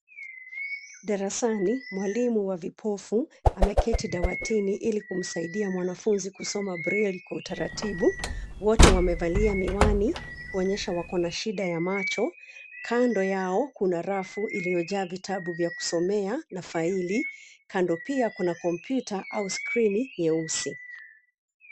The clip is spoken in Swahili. Darasani, mwalimu wa vipofu ameketi dawatini ili kumsaidia mwanafunzi kusoma braile kwa utaratibu. Wote wamevalia miwani kuonyesha wakona shida ya macho. Kando yao kuna rafu iliyojaa vitabu vya kusomea na faili, kando pia kuna kompyuta au skrini nyeusi.